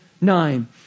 nine